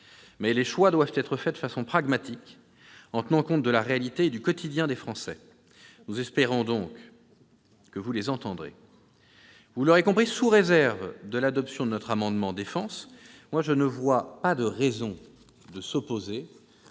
Les choix doivent être faits de façon pragmatique, en tenant compte de la réalité et du quotidien des Français. Nous espérons donc que vous entendrez ces derniers. Sous réserve de l'adoption de notre amendement relatif à la mission « Défense », je ne vois pas de raison de s'opposer